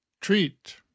treat